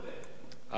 אין לזה סוף.